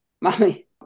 mommy